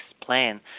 plan